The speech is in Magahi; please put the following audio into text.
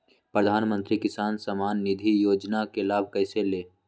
प्रधानमंत्री किसान समान निधि योजना का लाभ कैसे ले?